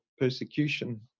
persecution